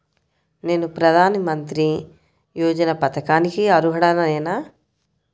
నేను ప్రధాని మంత్రి యోజన పథకానికి అర్హుడ నేన?